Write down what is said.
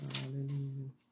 Hallelujah